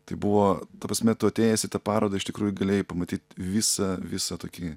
tai buvo ta prasme tu atėjęs į tą parodą iš tikrųjų galėjai pamatyt visą visą tokį